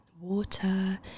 water